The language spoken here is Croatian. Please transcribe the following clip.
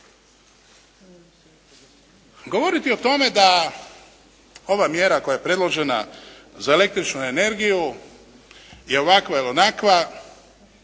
Govoriti o tome da ova mjera koja je predložena za električnu energiju je ovakva ili onakva,